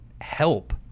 help